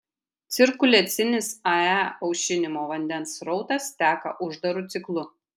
cirkuliacinis ae aušinimo vandens srautas teka uždaru ciklu